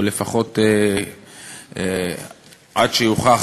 או לפחות עד שיוכח,